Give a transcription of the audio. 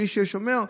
מי ששומר,